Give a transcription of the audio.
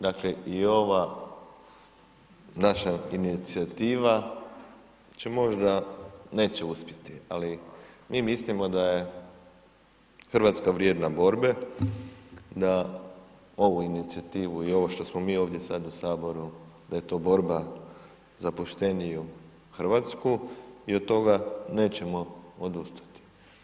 Dakle i ova naša inicijativa će možda, neće uspjeti, ali mi mislimo da je Hrvatska vrijedna borbe da ovu inicijativu i ovo što smo mi ovdje sad u saboru, da je to borba za pošteniju Hrvatsku i od toga nećemo odustati.